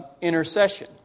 intercession